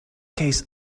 case